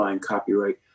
copyright